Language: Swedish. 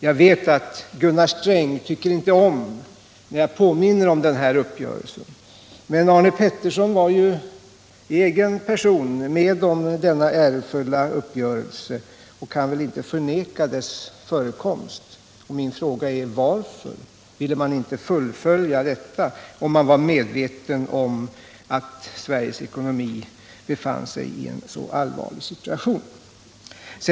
Jag vet att Gunnar Sträng inte tycker om att jag påminner om den här uppgörelsen. Men Arne Pettersson var ju i egen person med om denna ärofulla uppgörelse och kan väl inte förneka dess förekomst. Min fråga är: Varför ville man inte fullfölja detta, om man var medveten om att Sveriges ekonomi belann sig i en så allvarlig situation?